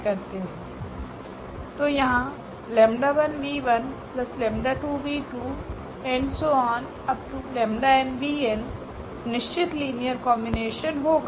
तो यहाँ 𝜆1𝑣1𝜆2𝑣2⋯𝜆𝑛𝑣𝑛 निश्चित लीनियर कॉम्बिनेशन होगा